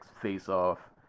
face-off